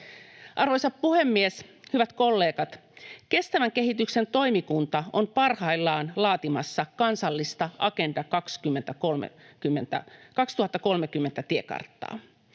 Arvoisa puhemies, hyvät kollegat! Kestävän kehityksen toimikunta on parhaillaan laatimassa kansallista Agenda 2030 ‑tiekarttaa.